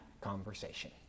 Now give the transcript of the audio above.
conversation